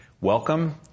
Welcome